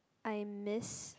I miss